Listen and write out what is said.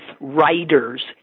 Writers